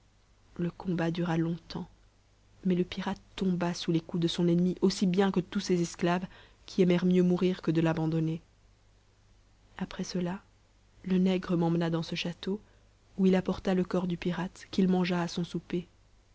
le combat dura longtemps mais le pirate tomba sous les coups de son ennemi aussi bien que tous ses esclaves qui aimèrent mieux mourir que de l'abandonner après cela le nègre m'emmena dans ce château où il apporta le corps du pirate qu'il mangea à son souper